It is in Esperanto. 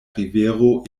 rivero